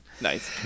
Nice